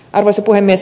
arvoisa puhemies